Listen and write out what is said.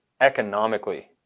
economically